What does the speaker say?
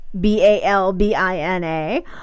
B-A-L-B-I-N-A